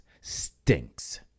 stinks